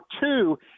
two